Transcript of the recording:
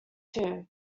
too